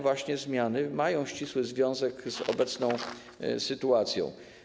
Właśnie te zmiany mają ścisły związek z obecną sytuacją.